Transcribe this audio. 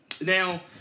Now